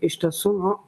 iš tiesų nu